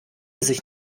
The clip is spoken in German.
sich